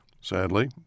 Sadly